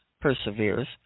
perseveres